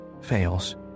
fails